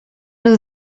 nhw